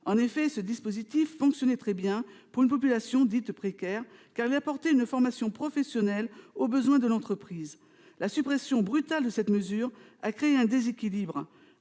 En effet, ce dispositif fonctionnait très bien pour une population dite « précaire », car il apportait une formation professionnelle adaptée aux besoins de l'entreprise. La suppression brutale de cette mesure a créé un déséquilibre.